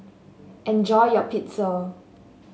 enjoy your Pizza